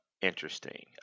interesting